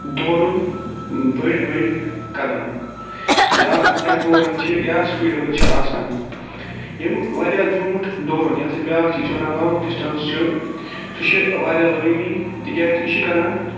دورُن بٔڑۍ بٔڑۍ قدم یا ٹیمپو رَن چھِ یا سِپیٖڈ ؤرٕک چھِ آسان یِم واریاہ زیوٗٹھ دورُن یَتھ أسۍ بیاکھ چیٖز چھِ وَنان لانٛگ ڈِسٹَنٕس چھِ سُہ چھِ واریاہ ضوروٗری تِکیٛازِ یہِ چھُ کران